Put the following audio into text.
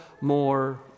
more